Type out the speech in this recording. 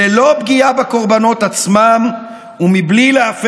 ללא פגיעה בקורבנות עצמם ובלי להפר